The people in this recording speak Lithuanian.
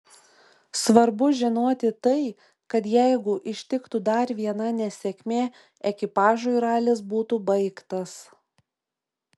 svarbu žinoti tai kad jeigu ištiktų dar viena nesėkmė ekipažui ralis būtų baigtas